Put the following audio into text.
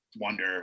wonder